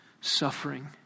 suffering